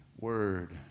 word